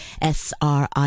SRI